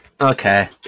Okay